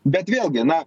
bet vėlgi na